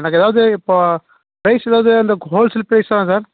எனக்கு ஏதாவுது இப்போது பிரைஸ் ஏதாவுது இந்த ஹோல்சேல் பிரைஸ் தானே சார்